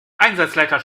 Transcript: einsatzleiter